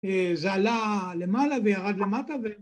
‫זה עלה למעלה וירד למטה ו...